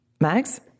max